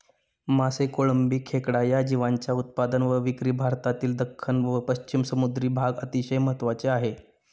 मासे, कोळंबी, खेकडा या जीवांच्या उत्पादन व विक्री भारतातील दख्खन व पश्चिम समुद्री भाग अतिशय महत्त्वाचे आहे